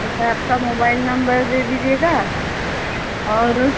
अच्छा आपका mobile number दे दीजिएगा और